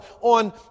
on